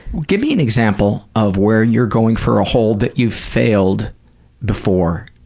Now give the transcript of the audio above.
give me an example of where you're going for a hold that you've failed before,